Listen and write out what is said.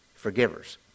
forgivers